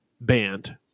band